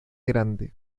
grande